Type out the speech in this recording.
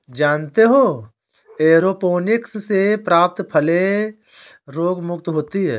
जानते हो एयरोपोनिक्स से प्राप्त फलें रोगमुक्त होती हैं